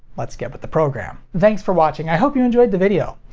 let's get with the program. thanks for watching, i hope you enjoyed the video!